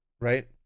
right